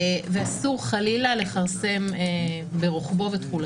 אסור, חלילה, לכרסם ברוחבו ובתכולתו.